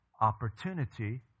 opportunity